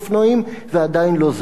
ועדיין לא זרקו כלום.